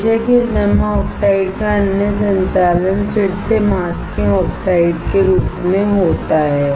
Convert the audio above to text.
बेशक इस जमा ऑक्साइड का अन्य संचालन फिर से मास्किंग ऑक्साइड के रूप में होता है